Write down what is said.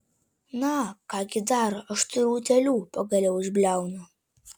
na ką gi dar aš turiu utėlių pagaliau išbliaunu